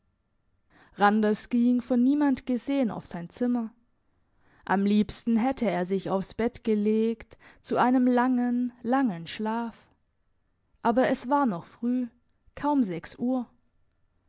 randers ging von niemand gesehen auf sein zimmer am liebsten hätte er sich aufs bett gelegt zu einem langen langen schlaf aber es war noch früh kaum sechs uhr